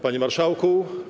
Panie Marszałku!